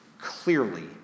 Clearly